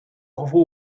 gevoel